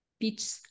pitch